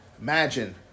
imagine